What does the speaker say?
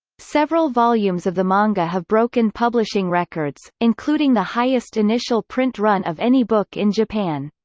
several volumes of the manga have broken publishing records, including the highest initial print run of any book in japan.